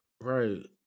right